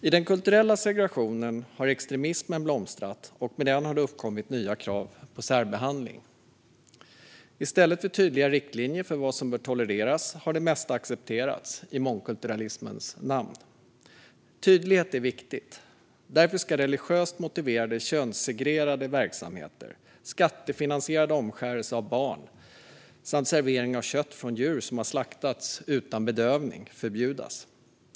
I den kulturella segregationen har extremismen blomstrat, och med den har det uppkommit nya krav på särbehandling. I stället för tydliga riktlinjer för vad som bör tolereras har det mesta accepterats, i mångkulturalismens namn. Tydlighet är viktigt. Därför ska religiöst motiverade könssegregerade verksamheter, skattefinansierad omskärelse av barn samt servering av kött från djur som har slaktats utan bedövning förbjudas.